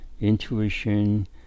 intuition